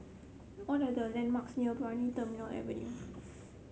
what are the landmarks near Brani Terminal Avenue